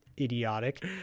idiotic